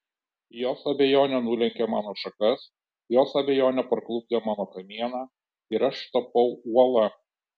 jos abejonė nulenkė mano šakas jos abejonė parklupdė mano kamieną ir aš tapau uola